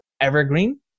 Evergreen